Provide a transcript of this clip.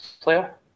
player